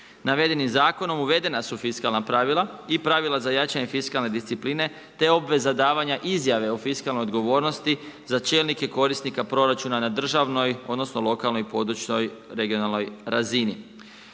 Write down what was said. Navedenim zakonom uvedena su fiskalna pravila i pravila za jačanje fiskalne discipline te obveza davanja izjave o fiskalnoj odgovornosti za čelnike korisnika proračuna na državnoj, odnosno lokalnoj i područnoj, regionalnoj razini.